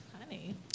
honey